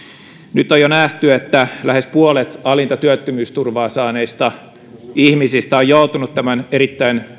nyt on jo nähty että lähes puolet alinta työttömyysturvaa saaneista ihmisistä on joutunut tämän erittäin